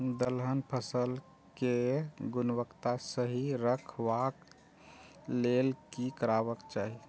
दलहन फसल केय गुणवत्ता सही रखवाक लेल की करबाक चाहि?